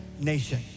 nation